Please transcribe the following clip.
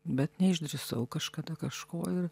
bet neišdrįsau kažkada kažko ir